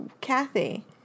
Kathy